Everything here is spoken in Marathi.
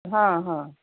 हा हा